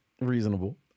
reasonable